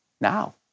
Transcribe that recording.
Now